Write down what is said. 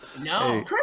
No